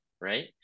right